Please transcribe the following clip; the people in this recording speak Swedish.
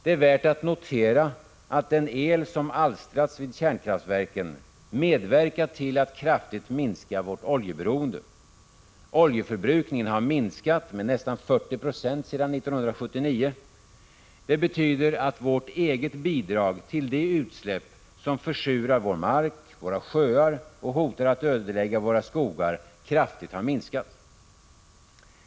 Det är värt att notera att den el som alstrats vid kärnkraftverken medverkat till att kraftigt minska vårt oljeberoende. Oljeförbrukningen har minskat med nästan 40 96 sedan 1979. Det betyder att vårt eget bidrag till de utsläpp som försurar vår mark och våra sjöar och som hotar att ödelägga våra skogar kraftigt har minskats.